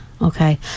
Okay